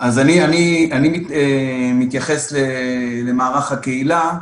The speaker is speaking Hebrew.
אני מתייחס למערך הקהילה.